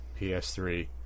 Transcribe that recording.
PS3